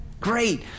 great